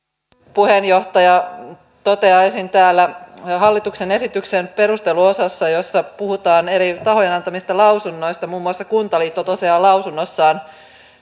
puheenjohtaja toteaisin että täällä hallituksen esityksen perusteluosassa jossa puhutaan eri tahojen antamista lausunnoista muun muassa kuntaliitto toteaa lausunnossaan